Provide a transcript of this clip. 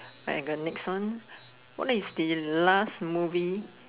I got next one what is the last movie